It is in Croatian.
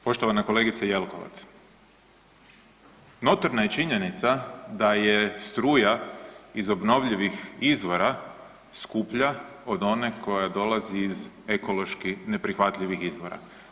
Poštovana kolegice Jelkovac, notorna je činjenica da je struja iz obnovljivih izvora skuplja od one koja dolazi iz ekološki neprihvatljivih izvora.